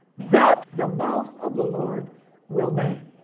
that the mouth of the lord will name.